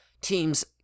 teams